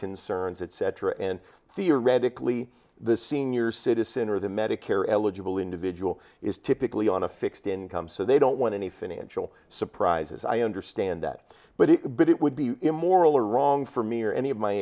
concerns etc and theoretically the senior citizen or the medicare eligible individual is typically on a fixed income so they don't want any financial surprises i understand that but it would be immoral or wrong for me or any of my